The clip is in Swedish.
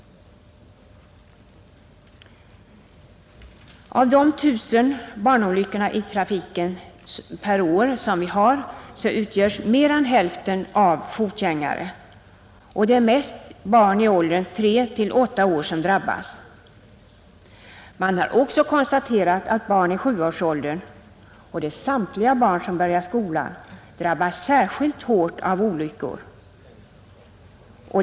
Av de 1 000 barnolycksfallen i trafiken per år gäller mer än hälften fotgängare, och det är mest barn i åldern tre till åtta år som drabbas. Man har också konstaterat att barn i sjuårsåldern — och det är samtliga barn som börjar skolan — drabbas särskilt hårt av olyckor.